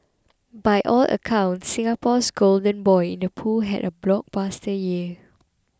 by all accounts Singapore's golden boy in the pool had a blockbuster year